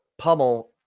pummel